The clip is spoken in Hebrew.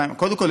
קודם כול,